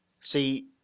See